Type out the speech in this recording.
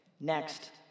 Next